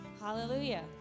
Hallelujah